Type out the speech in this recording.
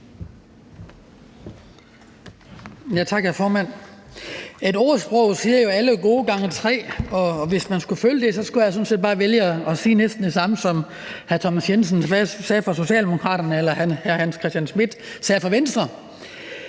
Et ordsprog siger jo »alle gode gange tre«, og hvis man skulle følge det, skulle jeg sådan set bare vælge at sige næsten det samme, som hr. Thomas Jensen fra Socialdemokraterne og hr. Hans Christian Schmidt fra Venstre